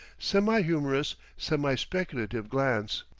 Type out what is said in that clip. semi-humorous, semi-speculative glance.